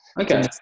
okay